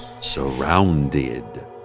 Surrounded